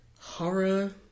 horror